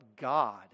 God